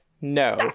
No